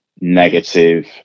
negative